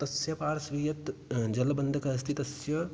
तस्य पार्श्वे यत् जलबन्दकः अस्ति तस्य